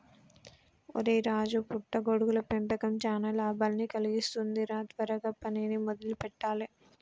ఒరై రాజు పుట్ట గొడుగుల పెంపకం చానా లాభాన్ని కలిగిస్తుంది రా త్వరగా పనిని మొదలు పెట్టాలే